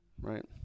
right